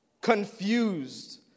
confused